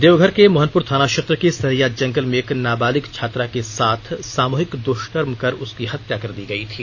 देवघर के मोहनपुर थाना क्षेत्र के सरैया जंगल में एक नाबालिग छात्रा के साथ सामूहिक दुष्कर्म कर उसकी हत्या कर दी गई थी